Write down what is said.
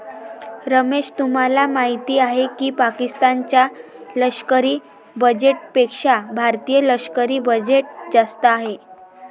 रमेश तुम्हाला माहिती आहे की पाकिस्तान च्या लष्करी बजेटपेक्षा भारतीय लष्करी बजेट जास्त आहे